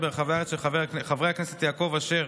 של חברי הכנסת יעקב אשר,